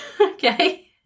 Okay